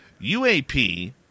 UAP